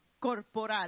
corporal